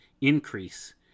increase